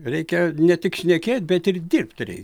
reikia ne tik šnekėt bet ir dirbt rei